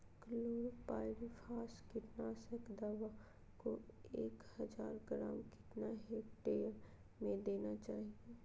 Chlorpyrifos कीटनाशक दवा को एक हज़ार ग्राम कितना हेक्टेयर में देना चाहिए?